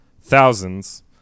thousands